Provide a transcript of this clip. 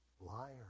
Liar